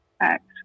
act